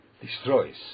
destroys